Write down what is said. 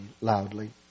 loudly